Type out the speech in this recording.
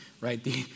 right